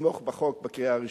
לתמוך בחוק בקריאה הראשונה.